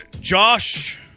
Josh